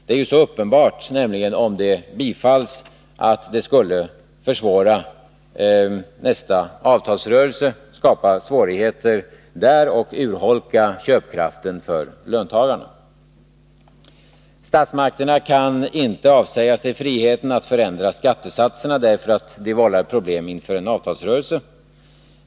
Det är ju så uppenbart att det, om det bifalls, skulle skapa svårigheter i avtalsrörelsen och urholka köpkraften för löntagarna. Statsmakterna kan inte avsäga sig friheten att förändra skattesatserna därför att det vållar problem inför en avtalsrörelse.